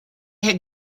had